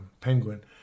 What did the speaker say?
penguin